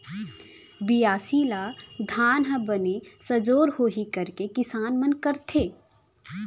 बियासी ल धान ह बने सजोर होही कइके किसान मन करथे